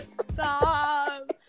stop